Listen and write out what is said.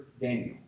Daniel